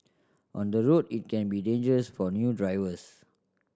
on the road it can be dangerous for new drivers